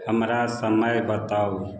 हमरा समय बताउ